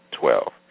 twelve